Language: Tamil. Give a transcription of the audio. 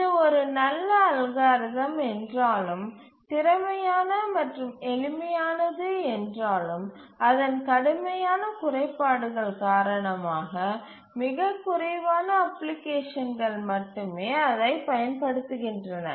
இது ஒரு நல்ல அல்காரிதம் என்றாலும் திறமையான மற்றும் எளிமையானது என்றாலும் அதன் கடுமையான குறைபாடுகள் காரணமாக மிகக் குறைவான அப்ளிகேஷன்கள் மட்டுமே அதைப் பயன்படுத்துகின்றன